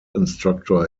instructor